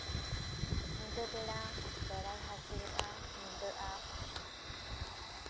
ᱧᱤᱫᱟᱹ ᱵᱮᱲᱟ ᱵᱮᱲᱟᱭ ᱦᱟᱹᱥᱩᱨᱚᱜᱼᱟ ᱧᱤᱫᱟᱹᱜᱼᱟ